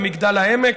במגדל העמק,